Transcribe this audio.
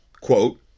quote